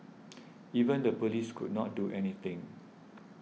even the police could not do anything